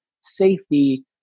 safety